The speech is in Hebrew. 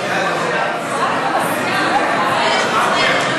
התשע"ח 2017,